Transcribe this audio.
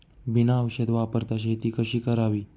बिना औषध वापरता शेती कशी करावी?